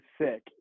sick